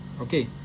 okay